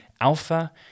Alpha